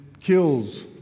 kills